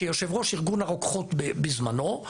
כיושב-ראש ארגון הרוקחות בזמנו,